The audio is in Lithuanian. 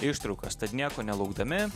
ištraukas tad nieko nelaukdami